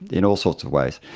in all sorts of ways,